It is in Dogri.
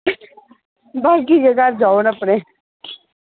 बस्स ठीक ऐ घर जाओ हून अपने